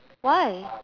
why